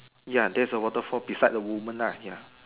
ya there's a waterfall beside the woman lah ya